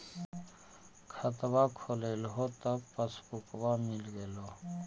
खतवा खोलैलहो तव पसबुकवा मिल गेलो?